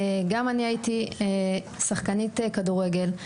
גם אני הייתי שחקנית כדורגל.